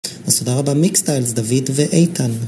מסודר במיקסטיילס דוד ואיתן